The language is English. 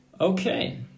Okay